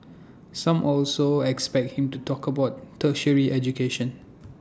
some also expect him to talk about tertiary education